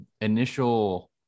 initial